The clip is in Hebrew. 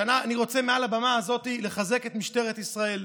אני רוצה מעל במה זו לחזק את משטרת ישראל,